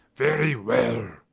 very well.